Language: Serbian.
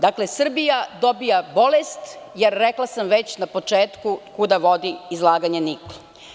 Dakle, Srbija dobija bolest, jer već sam rekla na početku kuda vodi izlaganje nikla.